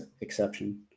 exception